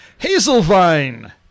Hazelvine